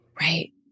right